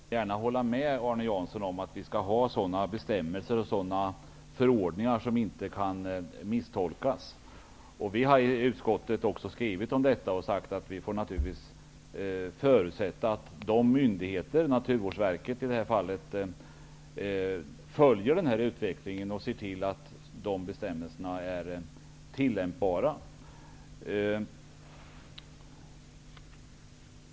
Herr talman! Jag skall gärna hålla med Arne Jansson om att vi skall ha bestämmelser som inte kan misstolkas. Vi har i utskottet skrivit om detta och sagt att vi får förutsätta att myndigheterna, i detta fall Naturvårdsverket, följer utvecklingen och ser till att bestämmelserna är tillämpbara.